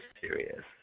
serious